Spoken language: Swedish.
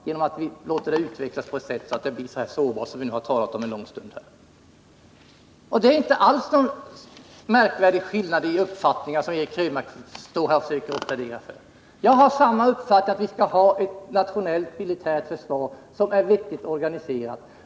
Det är inte alls så särskilt stor skillnad mellan våra uppfattningar som Eric Krönmark låter påskina. Jag har samma uppfattning som han om att vi måste ha ett militärt försvar som är vettigt organiserat.